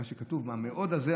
ה"מאוד" הזה,